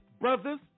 brothers